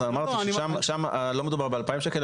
אז אמרתי ששם לא מדובר ב-2,000 שקל,